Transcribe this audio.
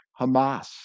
Hamas